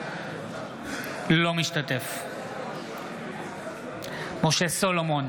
אינו משתתף בהצבעה משה סולומון,